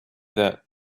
that